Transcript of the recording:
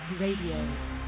Radio